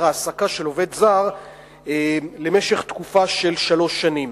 העסקה של עובד זר למשך תקופה של שלוש שנים.